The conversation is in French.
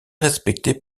respecté